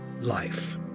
life